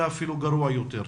נהיה אף גרוע יותר.